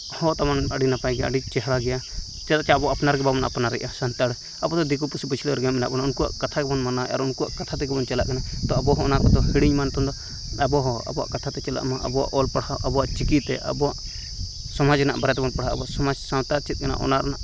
ᱦᱚᱸ ᱛᱟᱵᱚᱵ ᱟᱰᱤ ᱱᱟᱯᱟᱭ ᱜᱮᱭᱟ ᱟᱰᱤ ᱪᱮᱦᱨᱟ ᱜᱮᱭᱟ ᱪᱟᱜ ᱟᱵᱚ ᱟᱯᱱᱟᱨ ᱜᱮ ᱵᱟᱝᱵᱚᱱ ᱟᱯᱱᱟᱨ ᱮᱜᱼᱟ ᱟᱵᱚ ᱥᱟᱱᱛᱟᱲ ᱟᱵᱚ ᱰᱚ ᱫᱤᱠᱩ ᱯᱩᱥᱤ ᱯᱟᱹᱪᱷᱞᱟᱹᱣ ᱨᱮᱜᱮ ᱢᱮᱱᱟᱜ ᱵᱚᱱᱟ ᱩᱱᱠᱩᱭᱟᱜ ᱠᱟᱛᱷᱟ ᱜᱮᱵᱚᱱ ᱢᱟᱱᱟᱣ ᱮᱫᱟ ᱟᱨ ᱩᱱᱠᱩᱭᱟᱜ ᱠᱚᱛᱷᱟ ᱛᱮᱜᱮᱵᱚᱱ ᱪᱟᱞᱟᱜ ᱠᱟᱱᱟ ᱛᱚ ᱟᱵᱚ ᱦᱚᱸ ᱟᱱᱠᱚᱫᱚ ᱦᱤᱲᱤᱧ ᱮᱱᱟ ᱱᱤᱛᱚᱝ ᱫᱚ ᱟᱵᱚᱦᱚᱸ ᱟᱵᱚᱣᱟᱜ ᱠᱟᱛᱷᱟ ᱛᱮ ᱪᱟᱞᱟᱜᱢᱟ ᱟᱵᱚᱣᱟᱜ ᱚᱞ ᱯᱟᱲᱦᱟᱣ ᱟᱵᱚᱣᱟᱜ ᱪᱤᱠᱤᱛᱮ ᱟᱵᱚᱣᱟᱜ ᱥᱚᱢᱟᱡ ᱨᱮᱱᱟᱜ ᱵᱟᱨᱮᱛᱮᱵᱚᱱ ᱯᱟᱲᱦᱟᱜᱼᱟ ᱟᱵᱚ ᱥᱚᱢᱟᱡ ᱥᱟᱶᱛᱟ ᱪᱮᱫ ᱠᱟᱱᱟ ᱚᱱᱟᱨᱮᱱᱟᱜ